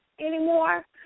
anymore